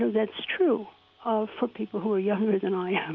that's true ah for people who are younger than i and